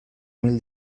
mil